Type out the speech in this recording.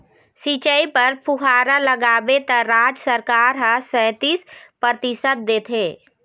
सिंचई बर फुहारा लगाबे त राज सरकार ह सैतीस परतिसत देथे